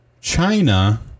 China